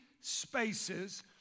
Spaces